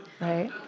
right